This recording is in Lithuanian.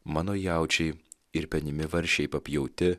mano jaučiai ir penimi veršiai papjauti